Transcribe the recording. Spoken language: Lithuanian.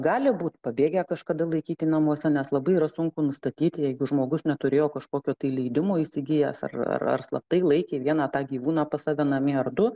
gali būt pabėgę kažkada laikyti namuose nes labai yra sunku nustatyti jeigu žmogus neturėjo kažkokio tai leidimo įsigijęs ar ar ar slaptai laikė vieną tą gyvūną pas save namie ar du